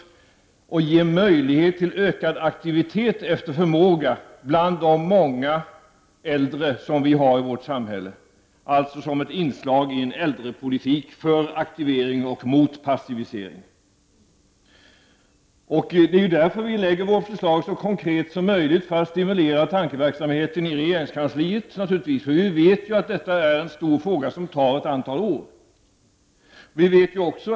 Det handlar om att de många äldre människorna i vårt samhälle skall ges möjligheter till ökad aktivitet efter sin förmåga, alltså ett inslag i en äldrepolitik för aktivering och mot passivisering. Det är för att stimulera tankeverksamheten i regeringskansliet som vi gör vårt förslag så konkret som möjligt. Vi vet ju att detta är en stor fråga som tar ett antal år att genomföra.